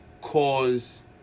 cause